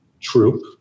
troop